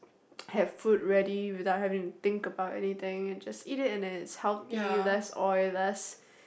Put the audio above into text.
have food ready without having to think about anything and just eat it and then it's healthy less oil less